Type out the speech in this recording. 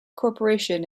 corporation